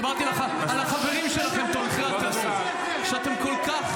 דיברתי על החברים שלכם תומכי הטרור שאתם כל כך